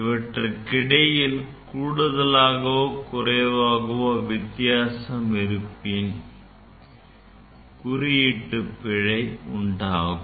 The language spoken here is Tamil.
இவற்றுக்கிடையில் கூடுதலாகவோ குறைவாகவோ வித்தியாசம் இருப்பேன் குறியீட்டு பிழை உண்டாகும்